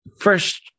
first